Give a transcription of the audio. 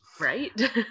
Right